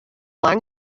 lang